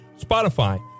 Spotify